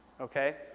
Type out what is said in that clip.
Okay